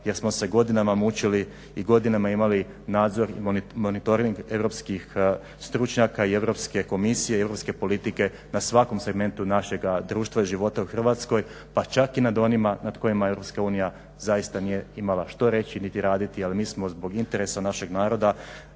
jer smo se godinama mučili i i godinama imali nadzor i monitoring europskih stručnjaka i Europske komisije i europske politike na svakom segmentu našega društva života u Hrvatskoj, pa čak i nad onima nad kojima EU zaista imala što reći i što raditi. ali mi smo zbog interesa našeg naroda